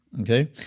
Okay